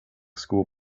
school